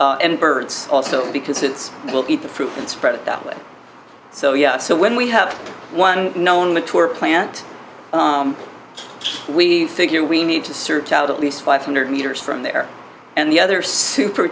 so and birds also because it's it will eat the fruit and spread it that way so yeah so when we have one no on the tour plant we figure we need to search out at least five hundred meters from there and the other super